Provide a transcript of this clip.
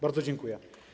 Bardzo dziękuję.